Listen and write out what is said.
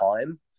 time